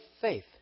faith